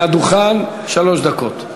מהדוכן, שלוש דקות.